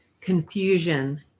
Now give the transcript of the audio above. confusion